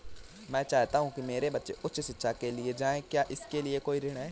मैं चाहता हूँ कि मेरे बच्चे उच्च शिक्षा के लिए जाएं क्या इसके लिए कोई ऋण है?